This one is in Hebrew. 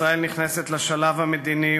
ישראל נכנסת לשלב המדיני,